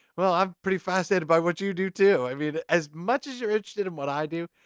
well, i'm pretty fascinated by what you you do too. i mean, as much as you're interested in what i do,